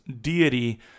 deity